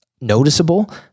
noticeable